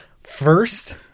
First